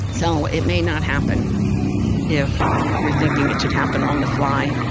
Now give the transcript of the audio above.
but so it may not happen if you're thinking it should happen on the fly.